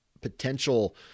potential